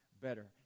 better